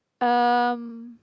um